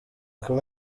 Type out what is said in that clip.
kumi